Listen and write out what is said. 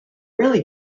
really